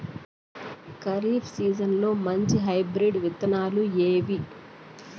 ఖరీఫ్ సీజన్లలో మంచి హైబ్రిడ్ విత్తనాలు ఏవి